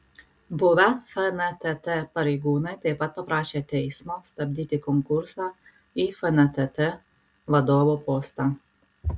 buvę fntt pareigūnai taip pat paprašė teismo stabdyti konkursą į fntt vadovo postą